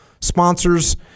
sponsors